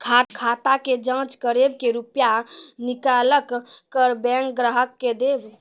खाता के जाँच करेब के रुपिया निकैलक करऽ बैंक ग्राहक के देब?